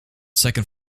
second